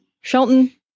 Shelton